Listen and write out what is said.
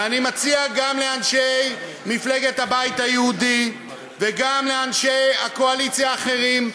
ואני מציע גם לאנשי מפלגת הבית היהודי וגם לאנשי הקואליציה האחרים: